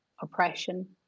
oppression